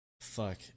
fuck